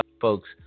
folks